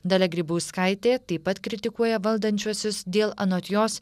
dalia grybauskaitė taip pat kritikuoja valdančiuosius dėl anot jos